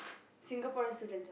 Singaporean students ah